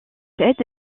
aide